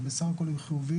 אבל בסך הכל הם חיוביים,